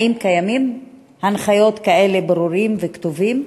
2. האם קיימות הנחיות כאלה, ברורות וכתובות?